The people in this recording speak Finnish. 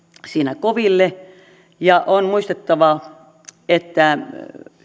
siinä koville ja on muistettava että